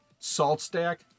SaltStack